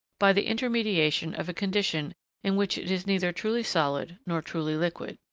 by the intermediation of a condition in which it is neither truly solid nor truly liquid.